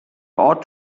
ought